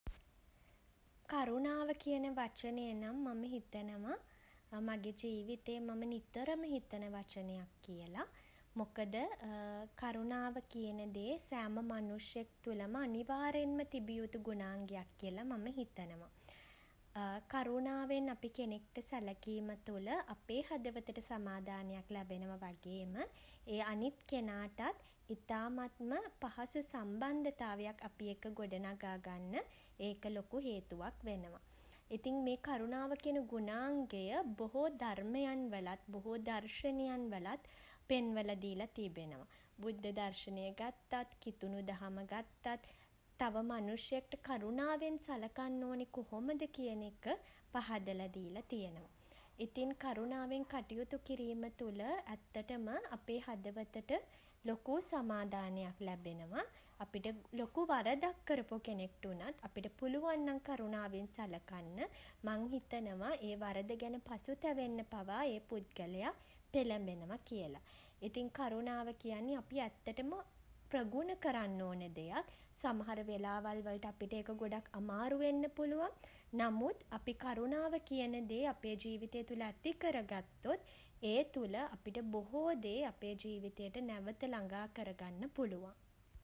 කරුණාව කියන වචනය නම් මම හිතනව මගෙ ජීවිතේ මම නිතරම හිතන වචනයක් කියල. මොකද කරුණාව කියන දේ සෑම මනුෂ්‍යයෙක් තුළම අනිවාර්යෙන්ම තිබිය යුතු ගුණාංගයක් කියලා මම හිතනවා. කරුණාවෙන් අපි කෙනෙක්ට සැළකීම තුළ අපේ හදවතට සමාදානයක් ලැබෙනවා වගේම ඒ අනිත් කෙනාටත් ඉතාමත්ම පහසු සම්බන්ධතාවයක් අපි එක්ක ගොඩ නගා ගන්න ඒක ලොකු හේතුවක් වෙනවා. ඉතින් මේ කරුණාව කියන ගුණාංගය බොහෝ ධර්මයන් වලත් බොහෝ දර්ශනයන් වලත් පෙන්වල දීලා තිබෙනවා. බුද්ධ දර්ශනය ගත්තත් කිතුනු දහම ගත්තත් තව මනුෂ්‍යයෙක්ට කරුණාවෙන් සලකන්න ඕනෙ. කොහොමද කියන එක පහදල දීල තියෙනවා. ඉතින් කරුණාවෙන් කටයුතු කිරීම තුළ ඇත්තටම අපේ හදවතට ලොකු සමාදානයක් ලැබෙනවා. අපිට ලොකු වරදක් කරපු කෙනෙක්ට වුණත් අපිට පුලුවන් නම් කරුණාවෙන් සළකන්න මං හිතනවා ඒ වරද ගැන පසුතැවෙන්න පවා ඒ පුද්ගලයා පෙළඹෙනවා කියලා. ඉතින් කරුණව කියන්නේ අපි ඇත්තටම ප්‍රගුණ කරන්න ඕන දෙයක්. සමහර වෙලාවල් වලට අපිට ඒක ගොඩක් අමාරු වෙන්න පුළුවන්. නමුත් අපි කරුණාව කියන දේ අපේ ජීවිතය තුළ ඇතිකර ගත්තොත් ඒ තුළ අපිට බොහෝ දේ අපේ ජීවිතයට නැවත ළඟා කරගන්න පුළුවන්.